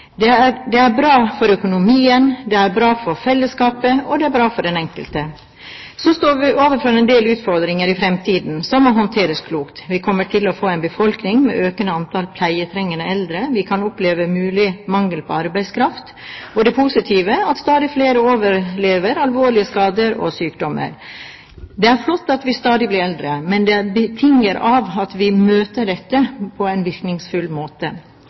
å bidra. Det er bra for økonomien, det er bra for fellesskapet, og det er bra for den enkelte. Så står vi overfor en del utfordringer i fremtiden som må håndteres klokt. Vi kommer til å få en befolkning med et økende antall pleietrengende eldre, og vi kan oppleve mulig mangel på arbeidskraft. Det positive er at stadig flere overlever alvorlige skader og sykdommer. Det er flott at vi stadig blir eldre, men det betinger at vi møter dette på en virkningsfull måte.